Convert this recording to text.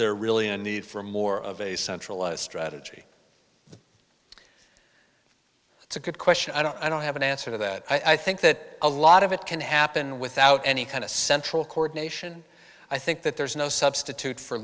there really a need for more of a centralized strategy it's a good question i don't i don't have an answer that i think that a lot of it can happen without any kind of central cord nation i think that there's no substitute for